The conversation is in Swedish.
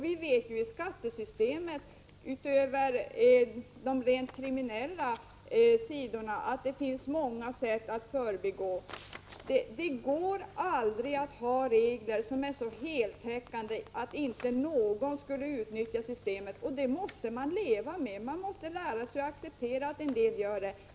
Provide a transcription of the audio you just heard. Vi vet att det, utöver de rent kriminella sidorna, finns många sätt att kringgå bestämmelserna i skattesystemet. Det går aldrig att ha regler som är så heltäckande att inte någon skulle utnyttja systemet. Det måste man leva med. Man måste lära sig att acceptera att en del gör det.